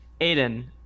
Aiden